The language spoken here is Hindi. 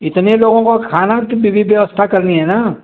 इतने लोगों को खाना व्यवस्था करनी है ना